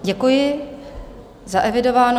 Děkuji, zaevidováno.